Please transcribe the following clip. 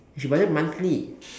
you should budget monthly